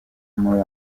muri